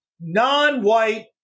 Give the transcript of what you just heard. non-white